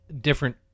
different